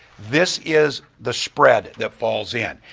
this is the spread that falls in.